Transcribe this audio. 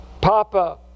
Papa